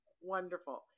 Wonderful